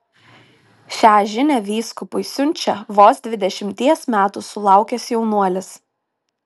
šią žinią vyskupui siunčia vos dvidešimties metų sulaukęs jaunuolis